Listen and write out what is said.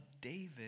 David